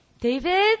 David